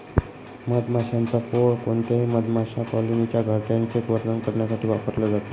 मधमाशांच पोळ कोणत्याही मधमाशा कॉलनीच्या घरट्याचे वर्णन करण्यासाठी वापरल जात